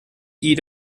eat